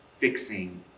fixing